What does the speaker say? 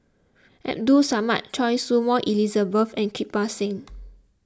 Abdul Samad Choy Su Moi Elizabeth and Kirpal Singh